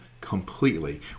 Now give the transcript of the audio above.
completely